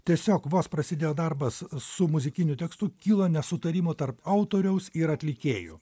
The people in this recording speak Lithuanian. tiesiog vos prasidėjo darbas su muzikiniu tekstu kilo nesutarimų tarp autoriaus ir atlikėjų